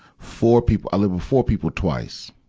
four people. i lived with four people twice.